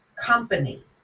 company